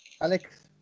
Alex